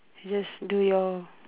you just do your